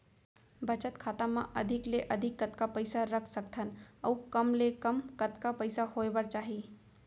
बचत खाता मा अधिक ले अधिक कतका पइसा रख सकथन अऊ कम ले कम कतका पइसा होय बर चाही?